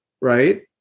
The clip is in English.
Right